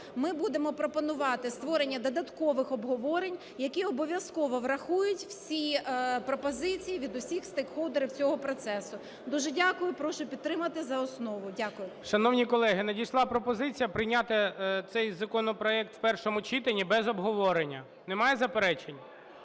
ми будемо пропонувати створення додаткових обговорень, які обов'язково врахують всі пропозиції від усіх стейкхолдерів цього процесу. Дуже дякую. Прошу підтримати за основу. Дякую. ГОЛОВУЮЧИЙ. Шановні колеги, надійшла пропозиція прийняти цей законопроект в першому читанні без обговорення. Немає заперечень?